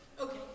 okay